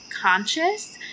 conscious